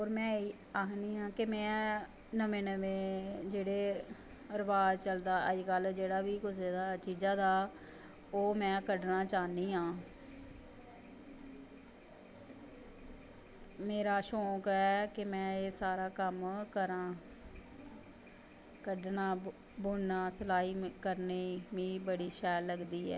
और में आखनी आं कि में नमें नमें रवाज़ चलदा अज्ज कल जेह्ड़ा कुसा बी चीजा हा ओह् में कड्डनां चाह्न्नी आं मेरा शौंक ऐ कि में एह् सारा कम्म करां कड्डनां बुननां सलाई करनीं मिगी बड़ी शैल लगदी ऐ